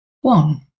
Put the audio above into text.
one